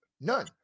None